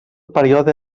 període